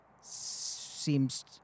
seems